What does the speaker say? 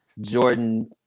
Jordan